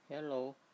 Hello